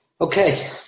Okay